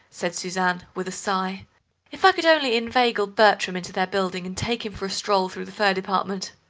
said suzanne, with a sigh if i could only inveigle bertram into their building and take him for a stroll through the fur department!